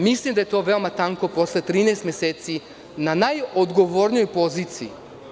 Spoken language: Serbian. Mislim da je to veoma tanko posle 13 meseci na najodgovornijoj poziciji.